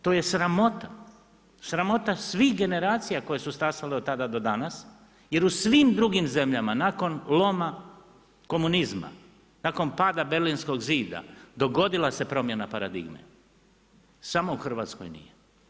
To je sramota, sramota svih generacija koje su stasale od tada do danas, jer u svim drugim željama nakon loma komunizma, nakon pada Berlinskog zida, dogodila se promjena paradigme, samo u Hrvatskoj nije.